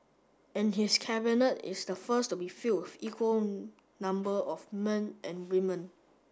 and his Cabinet is the first to be filled with equal number of men and women